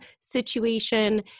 situation